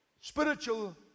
spiritual